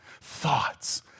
thoughts